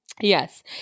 Yes